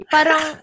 Parang